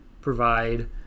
provide